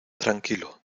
tranquilo